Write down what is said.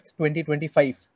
2025